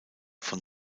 von